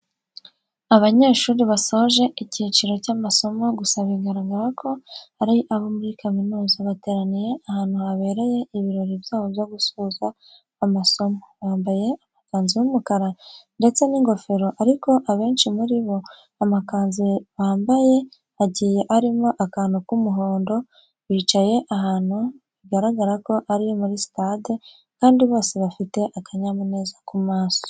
Abanyeshuri basoje icyiciro cy'amasomo gusa bigaragara ko ari abo muri kaminuza, bateraniye ahantu habereye ibirori byabo byo gusoza amasomo. Bambaye amakanzu y'umukara ndetse n'ingofero ariko abenshi muri bo amakanzu bambaye agiye arimo akantu k'umuhondo. Bicaye ahantu bigaragara ko ari muri sitade kandi bose bafite akanyamuneza ku maso.